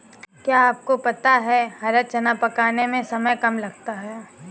क्या आपको पता है हरा चना पकाने में समय कम लगता है?